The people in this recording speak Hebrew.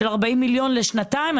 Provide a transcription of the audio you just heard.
לגבי הקצבת 40 מיליון שקל לשנתיים.